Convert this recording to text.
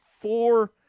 four